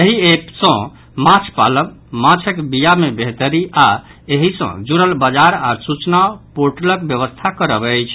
एहि एप सँ माछ पालब माछक बिया मे बेहतरी आओर एहि सँ जुड़ल बाजार आ सूचना पोर्टलक व्यवस्था करब अछि